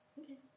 okay